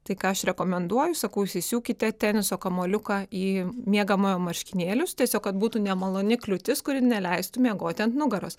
tai ką aš rekomenduoju sakau įsisiūkite teniso kamuoliuką į miegamojo marškinėlius tiesiog kad būtų nemaloni kliūtis kuri neleistų miegoti ant nugaros